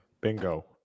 Bingo